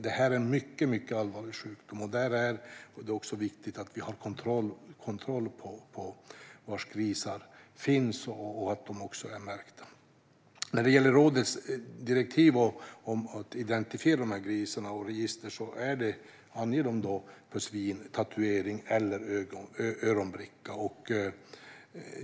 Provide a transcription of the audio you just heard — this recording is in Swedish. Det här är en mycket allvarlig sjukdom, och det är viktigt att vi har kontroll på var grisar finns och att de är märkta. I rådets direktiv gällande register för att identifiera de här grisarna anges för svin tatuering eller öronbricka.